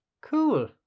Cool